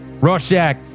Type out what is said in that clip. Rorschach